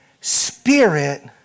spirit